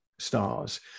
stars